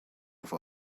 for